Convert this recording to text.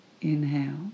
Inhale